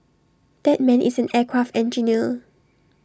that man is an aircraft engineer